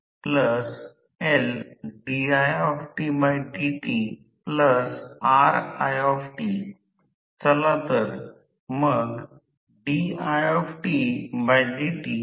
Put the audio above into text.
तर क्षेत्र फिरत आहे जेणेकरून ते रोटर वाइंडिंगमध्ये emf ला प्रवृत्त करेल परंतु कोणताही रोटर प्रवाह वाहू शकत नाही कारण आम्ही रोटर ओपन सर्किट आहे